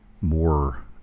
more